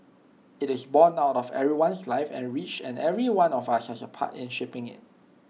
IT is borne out of everyone's life and rich and every one of us has A part in shaping IT